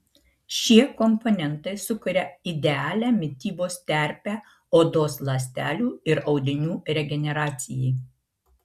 šie komponentai sukuria idealią mitybos terpę odos ląstelių ir audinių regeneracijai